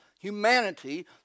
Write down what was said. humanity